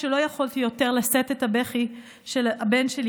כשלא יכולתי יותר לשאת הבכי של הבן שלי,